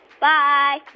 Bye